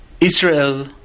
Israel